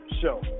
show